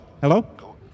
Hello